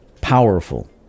powerful